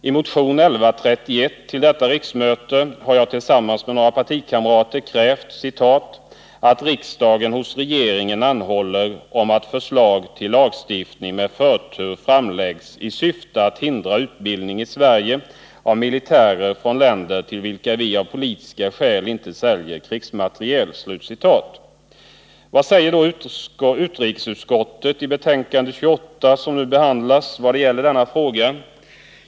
I motion 1131 till detta riksmöte har jag tillsammans med några partikamrater krävt ”att riksdagen hos regeringen anhåller om att förslag till lagstiftning med förtur framläggs i syfte att hindra utbildning i Sverige av militärer från länder till vilka vi av politiska skäl inte säljer krigsmateriel”. Vad säger utrikesutskottet i betänkande 28, som nu behandlas, vad gäller denna fråga?